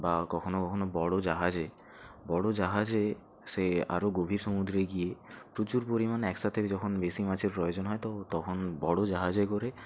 বা কখনও কখনও বড় জাহাজে বড় জাহাজে সে আরও গভীর সমুদ্রে গিয়ে প্রচুর পরিমাণে একসাথে যখন বেশি মাছের প্রয়োজন হয় তো তখন বড় জাহাজে করে